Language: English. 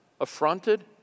affronted